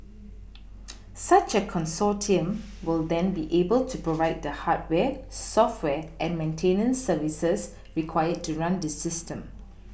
such a consortium will then be able to provide the hardware software and maintenance services required to run this system